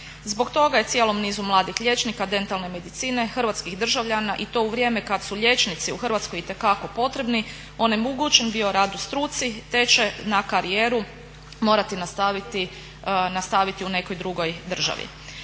Zbog toga je cijelom nizu mladih liječnika dentalne medicine hrvatskih državljana i to u vrijeme kad su liječnici u Hrvatskoj itekako potrebni onemogućen bio rad u struci te će karijeru morati nastaviti u nekoj drugoj državi.